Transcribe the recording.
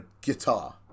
guitar